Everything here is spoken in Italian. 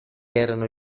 erano